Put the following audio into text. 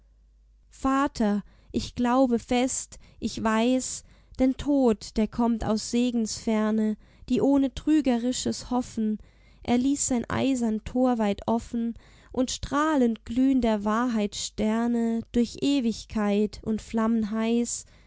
vater ich glaube fest ich weiß denn tod der kommt aus segensferne die ohne trügerisches hoffen er ließ sein eisern tor weit offen und strahlend glühn der wahrheit sterne durch ewigkeit und flammen